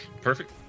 perfect